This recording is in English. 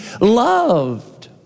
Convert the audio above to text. loved